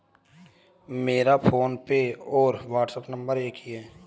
मेरा फोनपे और WhatsApp number एक ही है